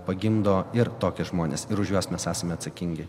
pagimdo ir tokius žmones ir už juos mes esame atsakingi